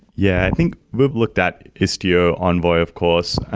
yeah. i think we've looked at istio, envoy, of course.